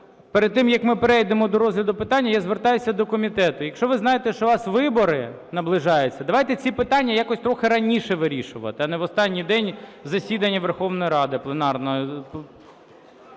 Перед тим, як ми перейдемо до розгляду питань, я звертаюсь до комітету. Якщо ви знаєте, що у вас вибори наближаються, давайте ці питання якось трохи раніше вирішувати, а не в останній день засідання Верховної Ради пленарного.